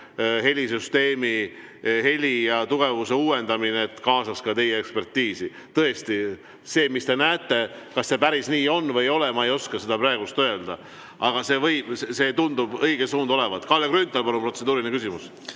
helisüsteemi heli ja tugevuse uuendamine, siis kaasataks ka teid ekspertiisi. Tõesti, see, mis te näete – kas see päris nii on või ei ole, ma ei oska seda praegu öelda, aga see tundub õige suund olevat. Kalle Grünthal, palun, protseduuriline küsimus.